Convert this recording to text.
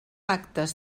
actes